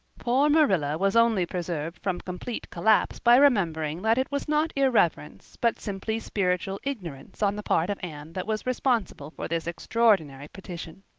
poor marilla was only preserved from complete collapse by remembering that it was not irreverence, but simply spiritual ignorance on the part of anne that was responsible for this extraordinary petition.